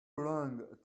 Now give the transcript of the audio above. long